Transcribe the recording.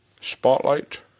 Spotlight